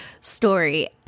story